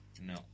No